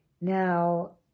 Now